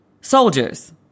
soldiers